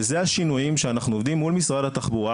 ואלה השינויים שאנחנו עובדים מול משרד התחבורה